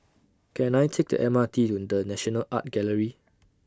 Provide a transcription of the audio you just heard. Can I Take The M R T to The National Art Gallery